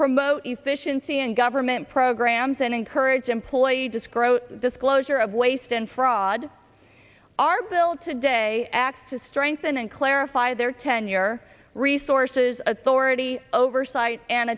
promote efficiency and government programs and encourage employees this growth disclosure of waste and fraud our bill today act to strengthen and clarify their tenure resources authority oversight and